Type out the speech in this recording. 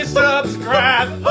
subscribe